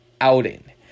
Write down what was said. outing